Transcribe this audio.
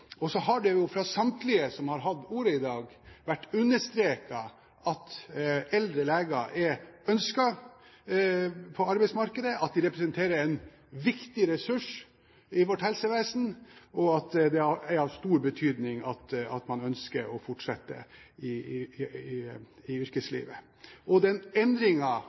Så har det fra samtlige som har hatt ordet i dag, vært understreket at eldre leger er ønsket på arbeidsmarkedet, at de representerer en viktig ressurs i vårt helsevesen, og at det er av stor betydning at man ønsker å fortsette i yrkeslivet. Den endringen som ble gjort i 2004, var jo nettopp for å gjøre dette enklere og